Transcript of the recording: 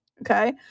Okay